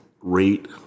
rate